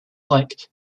like